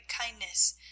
kindness